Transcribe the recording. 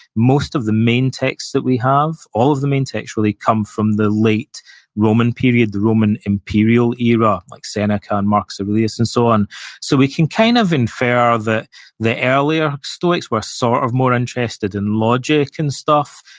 most of the main texts that we have, all of them intellectually come from the late roman period, the roman imperial era, like seneca, and marcus aurelius, and so on so, we can kind of infer that the the earlier stoics were sort of more interested in logic and stuff,